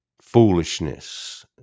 foolishness